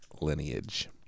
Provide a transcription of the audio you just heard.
lineage